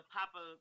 Papa